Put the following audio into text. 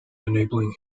enabling